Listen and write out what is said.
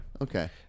Okay